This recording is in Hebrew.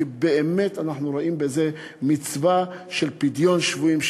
כי באמת אנחנו רואים בזה מצווה של פדיון שבויים,